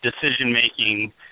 decision-making –